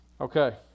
Okay